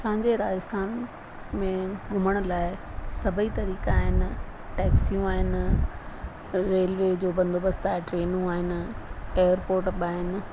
असांजे राजस्थान में घुमण लाइ सभई तरीक़ा आहिनि टैक्सियूं आहिनि रेलवे जो बंदोबस्त आहे ट्रेनूं आहिनि एयरपोर्ट बि आहिनि